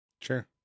Sure